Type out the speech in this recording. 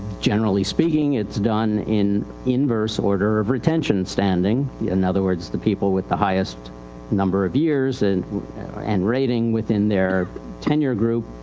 generally speaking itis done in inverse order of retention standing. in other words, the people with the highest number of years and and rating within their tenure group,